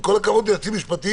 עם כל הכבוד ליועצים משפטיים,